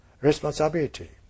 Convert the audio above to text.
responsibility